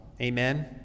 Amen